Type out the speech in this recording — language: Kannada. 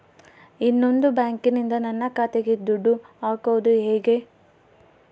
ಇನ್ನೊಂದು ಬ್ಯಾಂಕಿನಿಂದ ನನ್ನ ಖಾತೆಗೆ ದುಡ್ಡು ಹಾಕೋದು ಹೇಗೆ?